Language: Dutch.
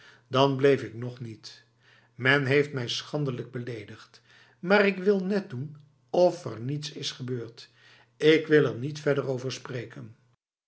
dan bleef ik nog niet men heeft mij schandelijk beledigd maar ik wil net doen of er niets is gebeurd ik wil er niet verder over spreken